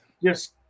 Yes